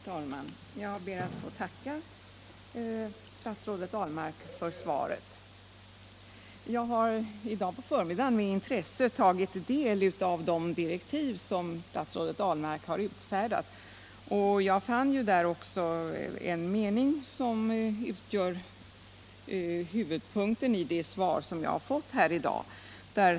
Herr talman! Jag ber att få tacka statsrådet Ahlmark för svaret. Jag har i dag på förmiddagen med intresse tagit del av de direktiv som statsrådet Ahlmark har utfärdat, och jag fann där också en mening som utgör huvudpunkten i det svar som jag har fått i dag.